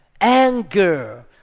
anger